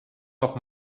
noch